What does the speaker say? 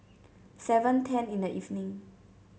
seven ten in the evening